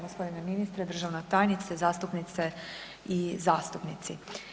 Gospodine ministre, državna tajnice, zastupnice i zastupnici.